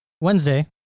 Wednesday